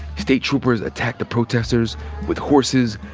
state troopers attacked the protesters with horses,